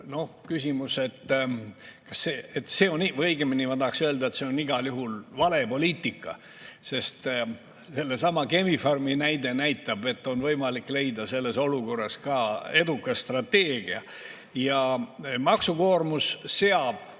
on küsimus või õigemini ma tahaks öelda, et see on igal juhul vale poliitika. Sellesama Chemi-Pharmi näide näitab, et on võimalik leida selles olukorras ka edukas strateegia. Ja maksukoormus seab